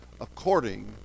according